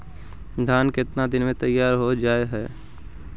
धान केतना दिन में तैयार हो जाय है?